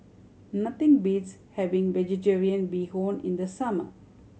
nothing beats having Vegetarian Bee Hoon in the summer